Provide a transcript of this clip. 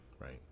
right